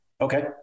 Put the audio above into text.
Okay